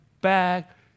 back